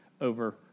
over